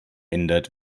ändert